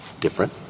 different